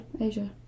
Asia